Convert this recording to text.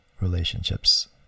relationships